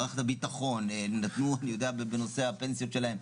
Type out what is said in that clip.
מערכת הביטחון בנושא הפנסיות שלהם.